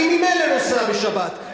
אני ממילא נוסע בשבת,